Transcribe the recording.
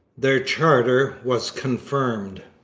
their charter was confirmed.